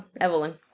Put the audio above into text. evelyn